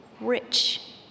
rich